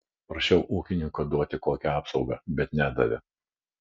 prašiau ūkininko duoti kokią apsaugą bet nedavė